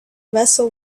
vessel